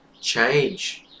change